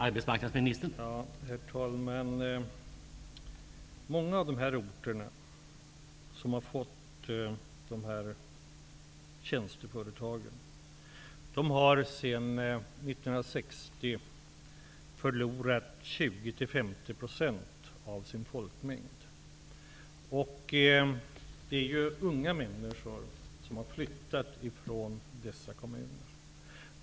Herr talman! Många av de orter som fått dessa tjänsteföretag har sedan 1960 förlorat 20--50 % av sin folkmängd. Det är unga människor som har flyttat från dessa kommuner.